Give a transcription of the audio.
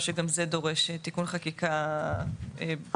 או שגם זה דורש תיקון חקיקה מפורש.